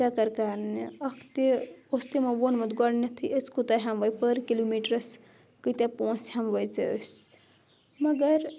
چکَر کَرنہِ اَکھ تہِ اوس تِمو ووٚنمُت گۄڈنؠتھٕے أسۍ کوٗتاہ ہیٚموے پٔر کِلوٗمیٖٹرَس کۭتِیٛاہ پونٛسہٕ ہیٚموُے ژٕیٚیہ أسۍ مگر